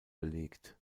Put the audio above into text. belegt